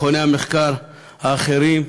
המחקר האחרים,